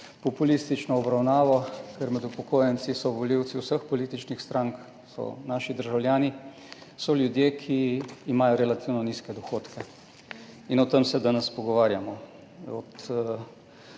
populistično obravnavo, ker so med upokojenci volivci vseh političnih strank, so naši državljani, so ljudje, ki imajo relativno nizke dohodke in o tem se danes pogovarjamo. Od